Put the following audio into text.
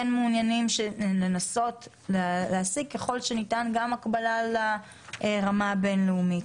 מעוניינים לנסות להשיג ככל שניתן גם הקבלה לרמה הבינלאומית.